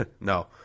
No